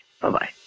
bye-bye